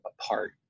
apart